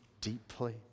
deeply